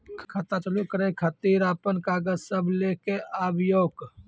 खाता चालू करै खातिर आपन कागज सब लै कऽ आबयोक?